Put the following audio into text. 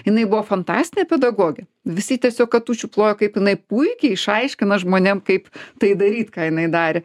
jinai buvo fantastinė pedagogė visi tiesiog katučių plojo kaip jinai puikiai išaiškina žmonėm kaip tai daryt ką jinai darė